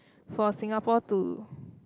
for Singapore to